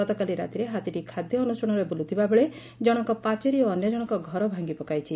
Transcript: ଗତକାଲି ରାତିରେ ହାତୀଟି ଖାଦ୍ୟ ଅନ୍ୱେଷଣରେ ବୁଲ୍ପଥିବାବେଳେ ଜଶକ ପାଚେରୀ ଓ ଅନ୍ୟ ଜଶକ ଘର ଭାଙ୍ଗି ପକାଇଛି